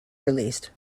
released